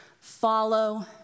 follow